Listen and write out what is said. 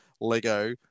Lego